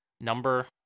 number